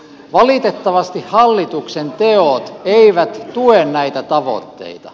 valitettavasti hallituksen teot eivät tue näitä tavoitteita